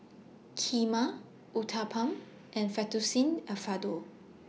Kheema Uthapam and Fettuccine Alfredo